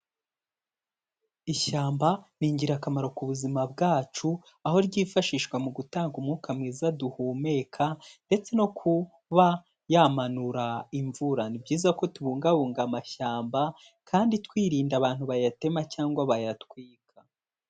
Ishyamba ni ingirakamaro ku buzima bwacu aho ryifashishwa mu gutanga umwuka mwiza duhumeka ndetse no kuba yamanura imvura, ni byiza ko tubungabunga amashyamba kandi twirinda abantu bayatema cyangwa bayatwika.